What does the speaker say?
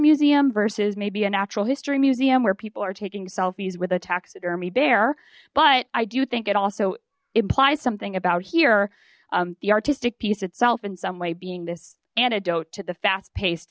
museum versus maybe a natural history museum where people are taking selfies with a taxidermy bear but i do think it also implies something about here the artistic piece itself in some way being this antidote to the fast paced